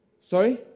Sorry